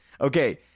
Okay